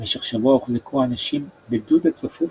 במשך שבוע הוחזקו האנשים ב"דוד" הצפוף